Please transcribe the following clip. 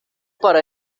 para